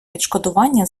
відшкодування